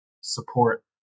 support